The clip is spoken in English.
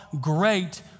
great